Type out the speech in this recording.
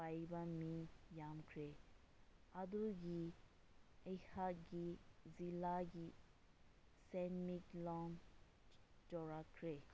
ꯄꯥꯏꯕ ꯃꯤ ꯌꯥꯝꯈ꯭ꯔꯦ ꯑꯗꯨꯒꯤ ꯑꯩꯍꯥꯛꯀꯤ ꯖꯤꯜꯂꯥꯒꯤ ꯁꯦꯟꯃꯤꯠꯂꯣꯟ ꯆꯥꯎꯔꯛꯈ꯭ꯔꯦ